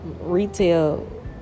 Retail